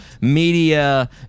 media